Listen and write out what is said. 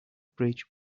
bridge